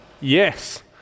Yes